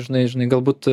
žinai žinai galbūt